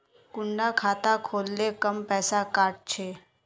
कुंडा खाता खोल ले कम पैसा काट छे?